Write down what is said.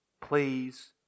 Please